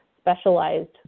specialized